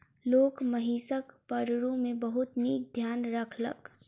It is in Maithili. लोक महिषक पड़रू के बहुत नीक ध्यान रखलक